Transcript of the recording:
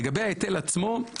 לגבי ההיטל עצמו,